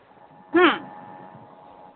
ꯍꯨꯝ